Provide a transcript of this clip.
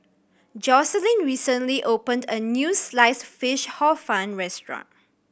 Jocelyn recently opened a new Sliced Fish Hor Fun restaurant